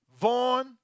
Vaughn